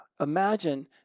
Imagine